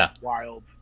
wild